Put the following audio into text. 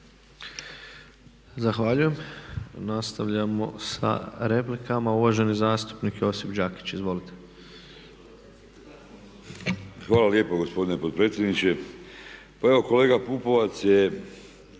(HSP AS)** Nastavljamo sa replikama. Uvaženi zastupnik Josip Đakić. Izvolite. **Đakić, Josip (HDZ)** Hvala lijepo gospodine potpredsjedniče. Pa evo kolega Pupovac je